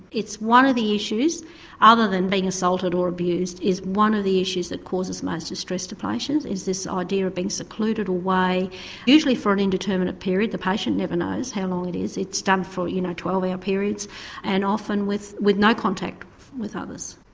it's one of the issues other than being assaulted or abused, it is one of the issues that causes most distress to patients is this idea of being secluded away usually for an indeterminate period, the patient never knows how long it is, it's done for you know twelve hour periods and often with with no contact with others.